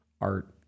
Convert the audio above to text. art